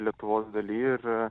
lietuvos daly ir